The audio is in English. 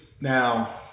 Now